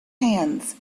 hands